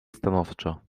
stanowczo